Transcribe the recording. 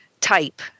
type